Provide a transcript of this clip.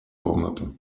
комнаты